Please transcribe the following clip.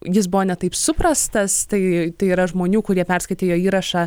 jis buvo ne taip suprastas tai tai yra žmonių kurie perskaitė jo įrašą